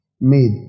made